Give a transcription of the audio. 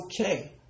okay